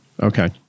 Okay